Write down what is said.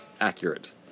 accurate